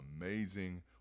amazing